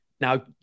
Now